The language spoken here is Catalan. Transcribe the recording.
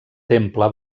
temple